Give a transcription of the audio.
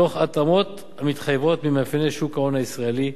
תוך התאמות המתחייבות ממאפייני שוק ההון הישראלי.